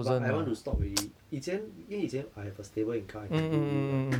but I want to stop already 以前因为以前 I have a stable income I can do do like